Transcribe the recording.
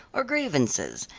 or grievances,